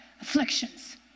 afflictions